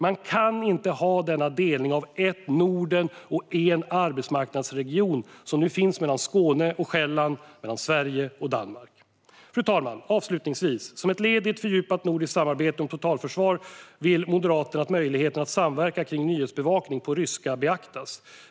Man kan inte ha denna delning av ett Norden och en arbetsmarknadsregion som nu finns mellan Skåne och Själland, mellan Sverige och Danmark. Fru talman! Som ett led i ett fördjupat nordiskt samarbete om totalförsvar vill Moderaterna att möjligheten att samverka kring nyhetsbevakning på ryska beaktas.